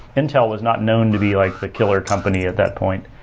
intel was not known to be like the killer company at that point.